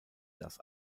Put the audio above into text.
das